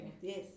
yes